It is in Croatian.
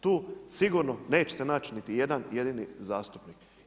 Tu sigurno neće se naći niti jedan jedini zastupnik.